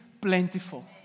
plentiful